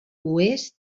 oest